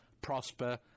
prosper